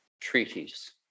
treaties